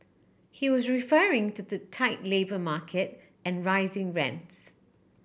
he was referring to the tight labour market and rising rents